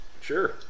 Sure